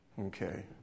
Okay